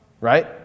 right